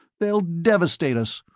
they'll devastate us.